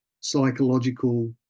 psychological